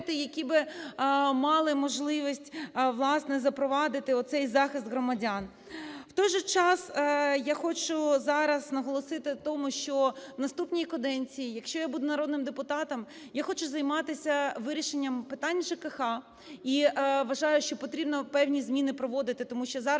які би мали можливість, власне, запровадити оцей захист громадян. В той же час, я хочу зараз наголосити на тому, що в наступній каденції, якщо я буду народним депутатом, я хочу займатися вирішенням питань ЖКХ, і, вважаю, що потрібно певні зміни проводити. Тому що зараз